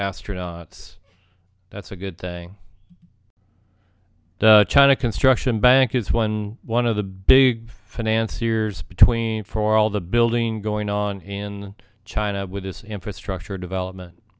astronauts that's a good thing china construction bank is when one of the big finance years between for all the building going on in china with this infrastructure development